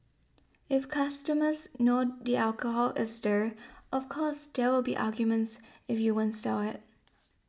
if customers know the alcohol is there of course there will be arguments if you won't sell it